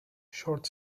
short